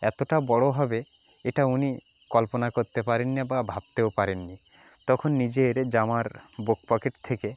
এতটা বড় হবে এটা উনি কল্পনা করতে পারেননি বা ভাবতেও পারেননি তখন নিজের জামার বুক পকেট থেকে